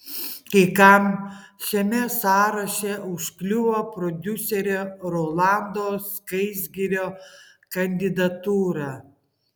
kai kam šiame sąraše užkliuvo prodiuserio rolando skaisgirio kandidatūra